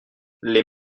les